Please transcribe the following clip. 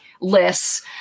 lists